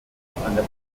universität